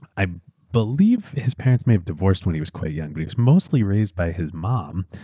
i believe his parents may have divorced when he was quite young. he was mostly raised by his mom,